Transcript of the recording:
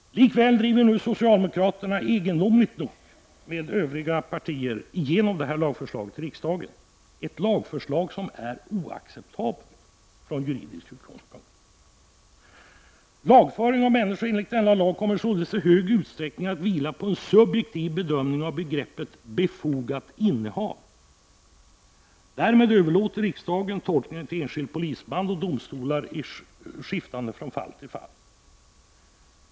Likväl driver socialdemokraterna nu, egendomligt nog tillsammans med övriga partier, igenom detta lagförslag i riksdagen — ett lagförslag som är oacceptablet från juridisk utgångspunkt! Lagföring av människor enligt denna lag kommer således i stor utsträckning att vila på en subjektiv bedömning av begreppet ”befogat innehav”. Därmed överlåter riksdagen tolkningen till enskild polisman och domstolar. Den kommer därmed att skifta från fall till fall.